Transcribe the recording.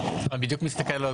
אני בדיוק מסתכל.